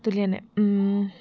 তুলি আনে